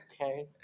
Okay